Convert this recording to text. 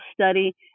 study